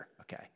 okay